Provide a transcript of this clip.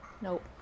nope